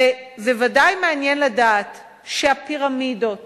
ובוודאי מעניין לדעת שהפירמידות